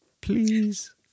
Please